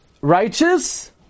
righteous